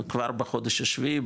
כבר בחודש השביעי,